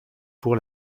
pour